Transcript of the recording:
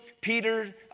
Peter